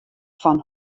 fan